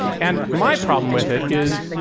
and my problem with it is,